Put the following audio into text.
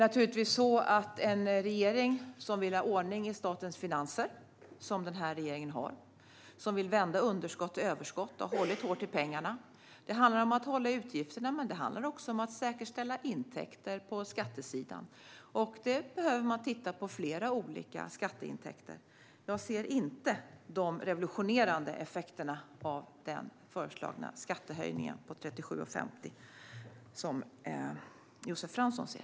För en regering som vill ha ordning i statens finanser, vilket regeringen har, som vill vända underskott till överskott och som har hållit hårt i pengarna handlar det om att hålla i utgifterna men också säkerställa intäkter på skattesidan. Man behöver titta på flera olika skatteintäkter. Jag ser inte de revolutionerande effekter av den föreslagna skattehöjningen på 37,50 som Josef Fransson ser.